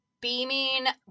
beaming